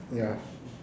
ya